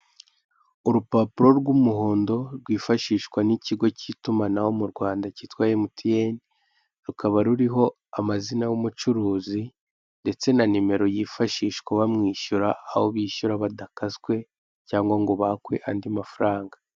Urupapuro rw'umuhondo, rwifashishwa n'ikigo cy'itumanaho mu Rwanda, cyitwa emutiyeni, rukaba ruriho amazina y'umucuruzi, ndetse na nimero yifashishwa bamwishyura, aho bishyura badakaswe cyangwa ngo bakwe andi mafaranga.